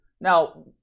now